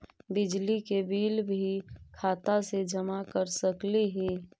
बिजली के बिल भी खाता से जमा कर सकली ही?